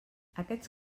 aquests